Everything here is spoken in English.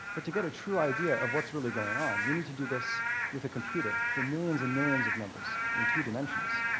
but to get a true idea of what's really going on, you need to do this with a computer for millions and millions of numbers in two dimensions.